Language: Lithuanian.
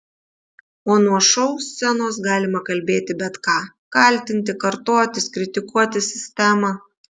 o nuo šou scenos galima kalbėti bet ką kaltinti kartotis kritikuoti sistemą